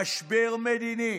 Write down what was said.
משבר מדיני.